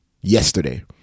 yesterday